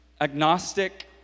agnostic